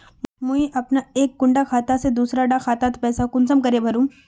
मुई अपना एक कुंडा खाता से दूसरा डा खातात पैसा कुंसम करे भेजुम?